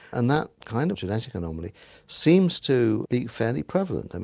and that kind of genetic anomaly seems to be fairly prevalent. and